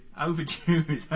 Overdue